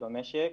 גובה הקנסות,